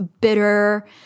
bitter